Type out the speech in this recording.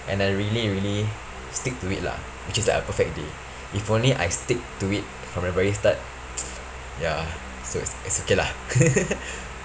and I really really stick to it lah which is like a perfect day if only I stick to it from the every start ya so it's it's okay lah